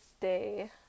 day